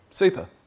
Super